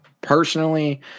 personally